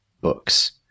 books